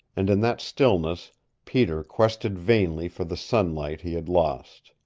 and in that stillness peter quested vainly for the sunlight he had lost.